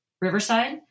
Riverside